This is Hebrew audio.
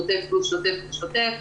שוטף פלוס שוטף שוטף,